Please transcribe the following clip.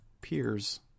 Peers